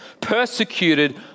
Persecuted